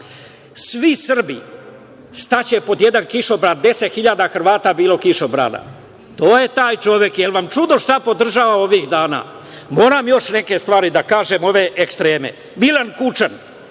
svi Srbi staće pod jedan kišobran“, 10.000 Hrvata bilo kišobrana. To je taj čovek. Jel vam čudo šta podržava ovih dana? Moram još neke stvari da kažem, ove ekstreme. Milan Kučan.